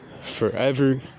forever